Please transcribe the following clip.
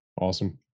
Awesome